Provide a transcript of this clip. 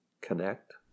connect